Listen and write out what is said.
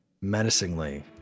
menacingly